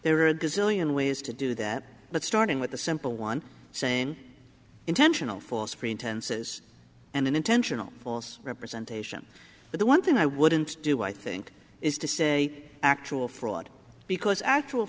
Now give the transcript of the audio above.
gazillion ways to do that but starting with the simple one saying intentional false pretenses and an intentional false representation the one thing i wouldn't do i think is to say actual fraud because actual